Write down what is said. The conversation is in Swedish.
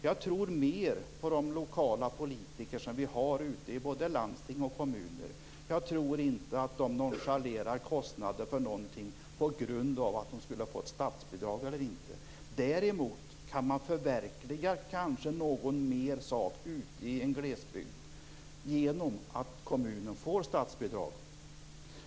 Jag tror mera på de lokala politikerna ute i landstingen och kommunerna. Jag tror inte att de nonchalerar några kostnader utifrån om de har fått statsbidrag eller inte. Däremot kan man kanske förverkliga ytterligare någon sak ute i glesbygden genom att kommunen får statsbidrag.